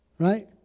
Right